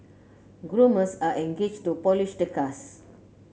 groomers are engaged to polish the cars